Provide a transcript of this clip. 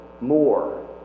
more